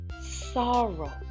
sorrow